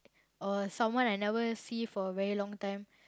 or someone I never see for a very long time